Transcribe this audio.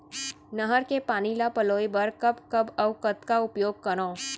नहर के पानी ल पलोय बर कब कब अऊ कतका उपयोग करंव?